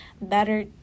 better